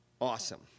Awesome